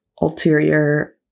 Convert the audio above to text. ulterior